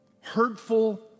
hurtful